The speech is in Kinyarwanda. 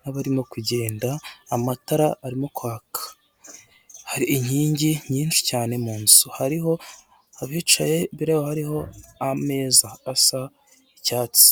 n'abarimo kugenda amatara arimo kwaka, hari inyingi nyinshi cyane mu nzu hariho abicaye imbere yabo hariho ameza asa icyatsi.